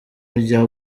ujya